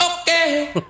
Okay